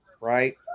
Right